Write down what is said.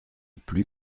plus